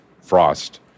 Frost